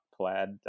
plaid